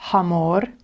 Hamor